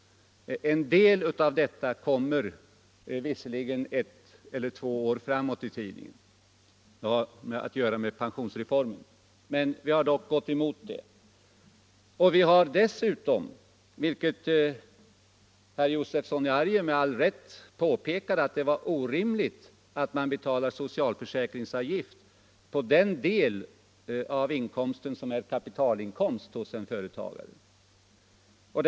En del av detta kommer visserligen ett eller två år framåt i tiden — det har att göra med pensionsreformen - men vi har ändå gått emot det. Vi har dessutom gått emot att en företagare skall betala socialförsäkringsavgift på den del av inkomsten som är kapitalinkomst — vilket herr Josefson med all rätt påpekade är orimligt.